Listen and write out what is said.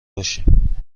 باشیم